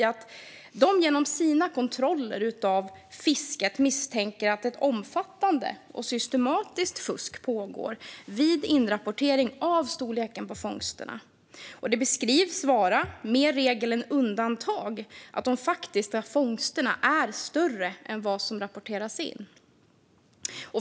Utifrån sina kontroller av fisket misstänker de att ett omfattande och systematiskt fusk pågår vid inrapportering av storleken på fångsterna. Det beskrivs vara mer regel än undantag att de faktiska fångsterna är större än vad som rapporteras in.